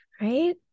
right